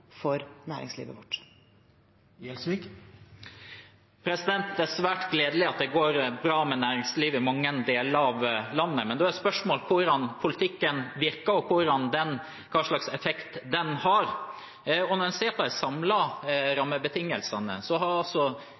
for næringslivet vårt. Det er svært gledelig at det går bra med næringslivet i mange deler av landet, men da er spørsmålet hvordan politikken virker, og hva slags effekt den har. Når en ser på de samlede rammebetingelsene, har Siv Jensen i sin tid som finansminister bidratt til at vi har